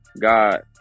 god